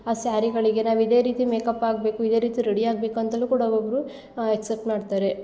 ಆ ಸ್ಯಾರಿಗಳಿಗೆ ನಾವು ಇದೇ ರೀತಿ ಮೇಕಪ್ ಹಾಕ್ಬೇಕು ಇದೇ ರೀತಿ ರೆಡಿ ಆಗ್ಬೇಕು ಅಂತಲು ಕೂಡ ಒಬ್ಬೊಬ್ಬರು ಎಕ್ಸ್ಸೆಪ್ಟ್ ಮಾಡ್ತಾರೆ